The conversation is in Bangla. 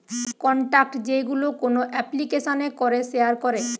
কন্টাক্ট যেইগুলো কোন এপ্লিকেশানে করে শেয়ার করে